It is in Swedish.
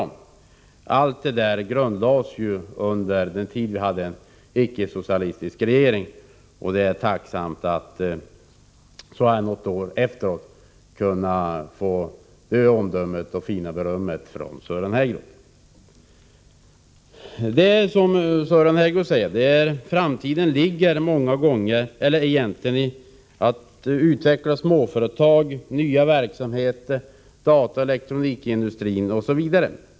Allt detta gjordes under den tid då vi hade en icke-socialistisk regering. Det är tacksamt att så här något år efteråt få det omdömet och detta fina beröm från Sören Häggroth. Som Sören Häggroth säger gäller det att i framtiden utveckla småföretagen, satsa på nya verksamheter, dataoch elektronikindustrin osv.